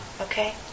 Okay